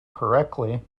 correctly